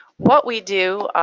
what we do,